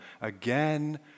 again